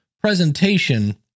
presentation